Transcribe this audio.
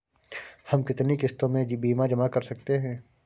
हम कितनी किश्तों में बीमा जमा कर सकते हैं?